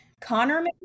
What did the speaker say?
Connor